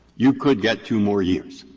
you could get two more years.